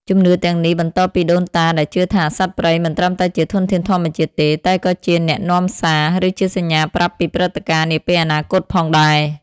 ជំនឿទាំងនេះបន្តពីដូនតា ដែលជឿថា សត្វព្រៃមិនត្រឹមតែជាធនធានធម្មជាតិទេ តែក៏ជាអ្នកនាំសារ ឬជាសញ្ញាប្រាប់ពីព្រឹត្តិការណ៍នាពេលអនាគតផងដែរ។